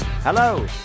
Hello